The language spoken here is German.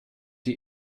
die